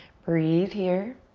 breathe here.